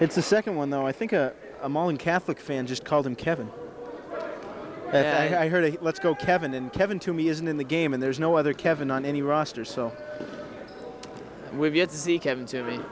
it's the second one though i think among catholic fans just call them kevin i heard of let's go kevin and kevin to me isn't in the game and there's no other kevin on any roster so we've yet to see kevin to me